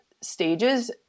stages